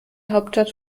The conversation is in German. hauptstadt